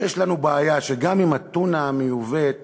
שיש לנו בעיה שגם הטונה המיובאת